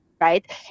right